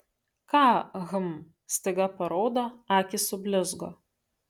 ką hm staiga paraudo akys sublizgo